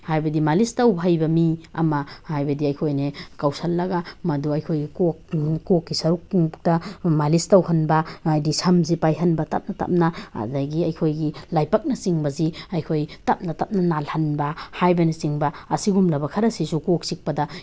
ꯍꯥꯏꯕꯗꯤ ꯃꯥꯂꯤꯁ ꯇꯧꯕ ꯍꯩꯕ ꯃꯤ ꯑꯃ ꯍꯥꯏꯕꯗꯤ ꯑꯩꯈꯣꯏꯅ ꯂꯧꯁꯤꯜꯂꯒ ꯃꯗꯨ ꯑꯩꯈꯣꯏꯒꯤ ꯀꯣꯛ ꯀꯣꯛꯀꯤ ꯁꯔꯨꯛꯇ ꯃꯥꯂꯤꯁ ꯇꯧꯍꯟꯕ ꯍꯥꯏꯗꯤ ꯁꯝꯁꯤ ꯄꯥꯏꯍꯟꯕ ꯇꯞꯅ ꯇꯞꯅ ꯑꯗꯨꯗꯒꯤ ꯑꯩꯈꯣꯏꯒꯤ ꯂꯥꯏꯕꯛꯅꯆꯤꯡꯕꯁꯤ ꯑꯩꯈꯣꯏ ꯇꯞꯅ ꯇꯞꯅ ꯅꯥꯜꯍꯟꯕ ꯍꯥꯏꯕꯅꯆꯤꯡꯕ ꯑꯁꯤꯒꯨꯝꯂꯕ ꯈꯔꯁꯤꯁꯨ ꯀꯣꯛ ꯆꯤꯛꯄꯗ